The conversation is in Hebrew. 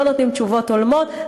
לא נותנים תשובות הולמות,